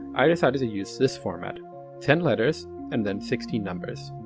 i decided to use this format ten letters and then sixteen numbers.